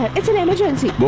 it's an emergency.